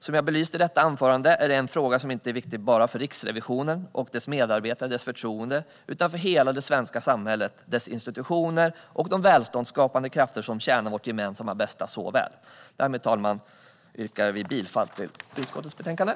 Som jag har belyst i detta anförande är det en fråga som är viktig inte bara för Riksrevisionen och dess medarbetare utan för hela det svenska samhället, dess institutioner och de välståndsskapande krafter som tjänar vårt gemensamma bästa väl. Herr talman! Jag yrkar bifall till utskottets förslag i betänkandet.